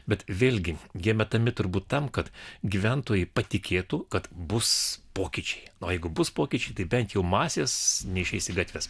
bet vėlgi jie metami turbūt tam kad gyventojai patikėtų kad bus pokyčiai o jeigu bus pokyčiai tai bent jau masės neišeis į gatves